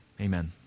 Amen